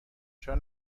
چرا